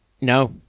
No